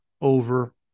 over